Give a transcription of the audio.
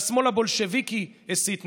שהשמאל הבולשביקי הסית נגדו,